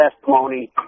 testimony